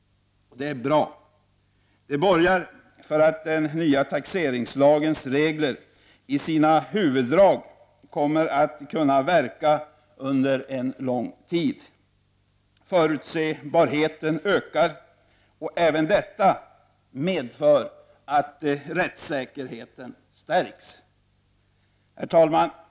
Det är bra. Det borgar för att den nya taxeringslagens regler i sina huvuddrag kommer att kunna verka under lång tid. Förutsebarheten ökar. Även detta medför att rättssäkerheten stärks. Herr talman!